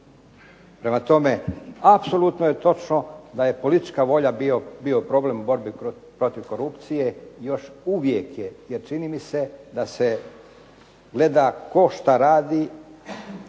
Prema tome, apsolutno je točno da je politička volja bio problem borbe protiv korupcije, još uvijek je, jer čini mi se da se gleda tko šta radi,